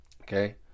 Okay